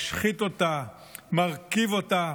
משחית אותה, מרקיב אותה,